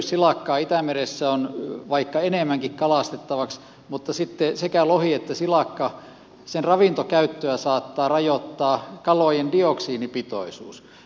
silakkaa itämeressä on vaikka enemmänkin kalastettavaksi mutta sitten sekä lohen että silakan ravintokäyttöä saattaa rajoittaa kalojen dioksiinipitoisuus